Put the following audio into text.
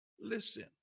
Listen